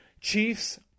Chiefs